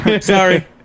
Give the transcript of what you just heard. Sorry